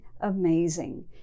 amazing